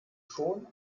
schon